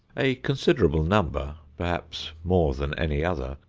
a considerable number, perhaps more than any other,